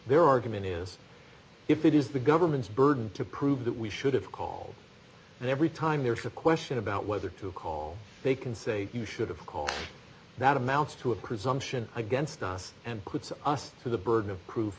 their argument is if it is the government's burden to prove that we should have called and every time there's a question about whether to call they can say you should have called that amounts to a presumption against us and puts us through the burden of proof